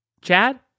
Chad